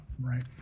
right